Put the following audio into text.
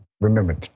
Remember